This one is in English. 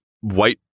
White